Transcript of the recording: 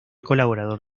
colaborador